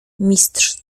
mistrz